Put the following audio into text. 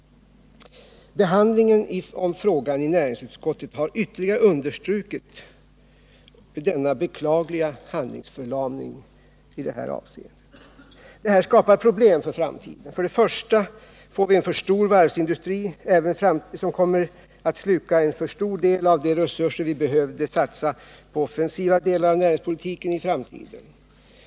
Behandlingen av frågan i näringsutskottet har ytterligare understrukit denna beklagliga handlingsförlamning i det här avseendet. Detta skapar problem för framtiden. För det första får vi en för stor varvsindustri som kommer att sluka en stor del av de resurser vi skulle behöva satsa på offensiva delar av näringspolitiken i framtiden.